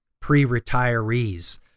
pre-retirees